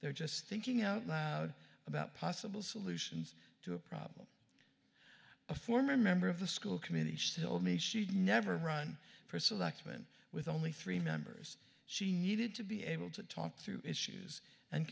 they're just thinking out loud about possible solutions to a problem a former member of the school committee still may she'd never run for selectman with only three members she needed to be able to talk through issues and